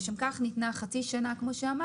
חברי הכנסת, בוקר טוב.